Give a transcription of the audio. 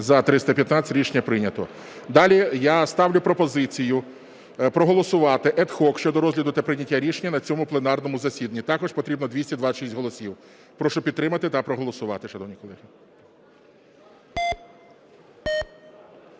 За-315 Рішення прийнято. Далі я ставлю пропозицію проголосувати ad hoc щодо розгляду та прийняття рішення на цьому пленарному засіданні. Також потрібно 226 голосів. Прошу підтримати та проголосувати, шановні колеги.